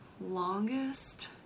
longest